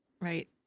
right